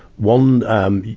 one, um,